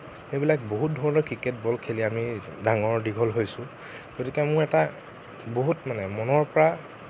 সেইবিলাক বহুত ধৰণৰ ক্ৰিকেট বল খেলি আমি ডাঙৰ দীঘল হৈছোঁ গতিকে মোৰ এটা বহুত মানে মনৰ পৰা